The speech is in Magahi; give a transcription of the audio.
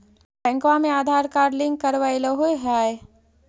बैंकवा मे आधार कार्ड लिंक करवैलहो है?